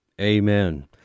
Amen